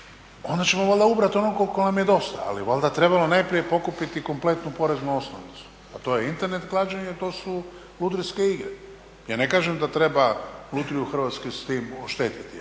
onda ćemo valjda ubrat ono koliko nam je dosta, ali valjda trebamo najprije pokupiti kompletnu poreznu osnovicu, a to je internet klađenje, to su lutrijske igre. Ja ne kažem da treba lutriju Hrvatske s tim oštetiti